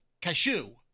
cashew